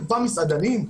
אותם מסעדנים,